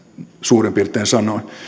suurin piirtein sanoi